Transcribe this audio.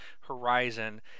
Horizon